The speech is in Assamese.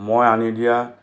মই আনি দিয়া